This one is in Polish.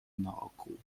naokół